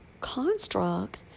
construct